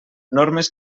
normes